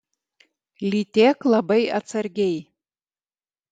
lytėk labai atsargiai